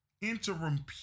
interim